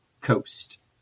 Coast